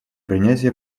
принятие